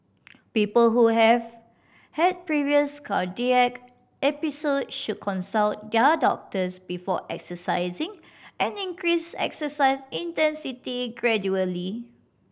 people who have had previous cardiac episode should consult their doctors before exercising and increase exercise intensity gradually